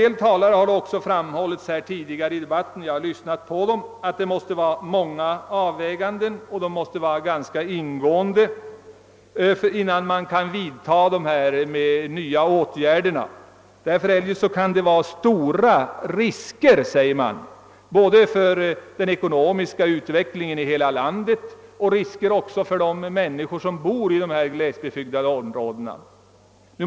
Ett par tidigare talare har anfört att man måste göra många och ingående överväganden innan man kan genomföra de föreslagna åtgärderna, ty annars kan risk föreligga både för den ekonomiska utvecklingen i hela landet och för de människor som bor i glesbygdsområdena.